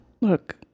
Look